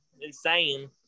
insane